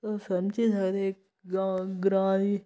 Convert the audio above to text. तुस समझी सकदे ग्रांऽ ग्रांऽ दी